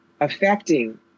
affecting